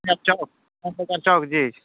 اچھا چوک اچھا اچھا چوک جی